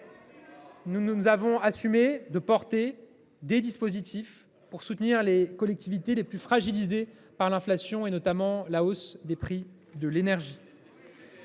Nous avons mis en œuvre des dispositifs visant à soutenir les collectivités les plus fragilisées par l’inflation, notamment par la hausse des prix de l’énergie.